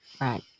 Right